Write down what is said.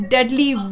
Deadly